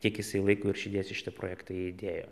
kiek jisai laiko ir širdies į šitą projektą idėjo